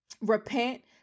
repent